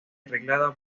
arreglada